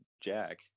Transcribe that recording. Jack